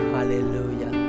Hallelujah